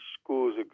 schools